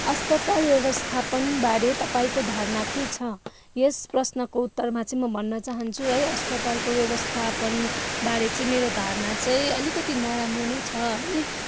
अस्पताल व्यवस्थापनबारे तपाईँको धारणा के छ यस प्रश्नको उत्तरमा चाहिँ म भन्न चाहन्छु है अस्पतालको व्यवस्थापनबारे चाहिँ मेरो धारणा चाहिँ अलिकति नराम्रो नै छ है